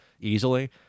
easily